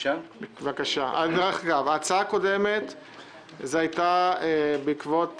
דרך אגב, ההצעה הקודמת היתה בעקבות